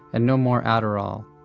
and no more adderall.